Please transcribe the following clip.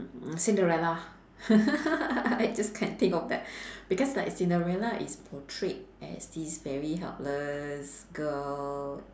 cinderella I just can't think of that because like cinderella is portrayed as this very helpless girl